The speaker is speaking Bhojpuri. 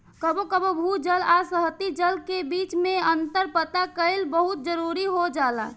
कबो कबो भू जल आ सतही जल के बीच में अंतर पता कईल बहुत जरूरी हो जाला